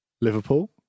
Liverpool